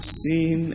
seen